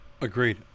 Agreed